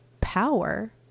power